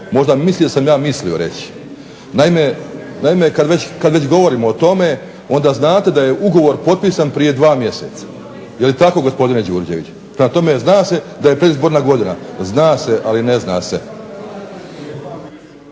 možda misli da sam ja mislio reći. Naime, kad već govorimo o tome onda znate da je ugovor potpisan prije dva mjeseca. Je li tako, gospodine Đurđević? Prema tome, zna se da je predizborna godina, zna se ali ne zna se.